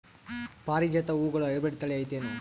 ಪಾರಿಜಾತ ಹೂವುಗಳ ಹೈಬ್ರಿಡ್ ಥಳಿ ಐತೇನು?